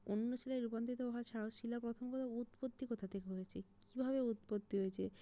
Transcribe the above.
অন্য শিলায় রূপান্তরিত হওয়া ছাড়াও শিলার প্রথম প্রথম উৎপত্তি কোথা থেকে হয়েছে কীভাবে উৎপত্তি হয়েছে